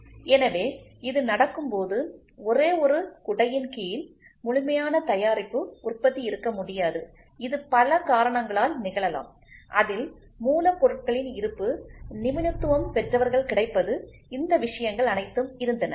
எனவே இது நடக்கும் போது ஒரே ஒரு குடையின் கீழ் முழுமையான தயாரிப்பு உற்பத்தி இருக்க முடியாது இது பல காரணங்களால் நிகழலாம் அதில் மூலப்பொருட்களின் இருப்பு நிபுணத்துவம் பெற்றவர்கள் கிடைப்பது இந்த விஷயங்கள் அனைத்தும் இருந்தன